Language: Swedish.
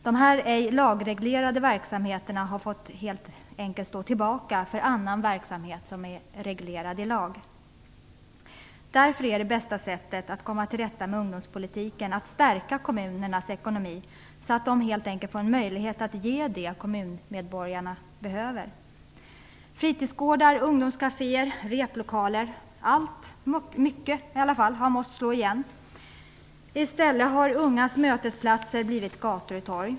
Dessa ej lagreglerade verksamheter har helt enkelt fått stå tillbaka för annan verksamhet som är reglerad i lag. Därför är det bästa sättet att komma till rätta med ungdomspolitiken att stärka kommunernas ekonomi så att de helt enkelt får en möjlighet att ge det kommunmedborgarna behöver. Fritidsgårdar, ungdomskaféer, replokaler - mycket har måst slå igen. I stället har gator och torg blivit ungas mötesplatser.